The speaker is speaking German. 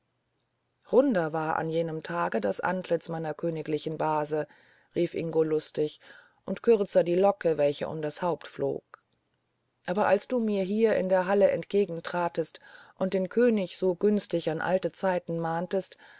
runder war an jenem tage das antlitz meiner königlichen base rief ingo lustig und kürzer die locke welche um das haupt flog aber als du mir hier in der halle entgegentratst und den könig so günstig an alte zeit mahntest